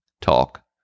talk